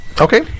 Okay